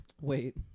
wait